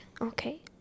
okay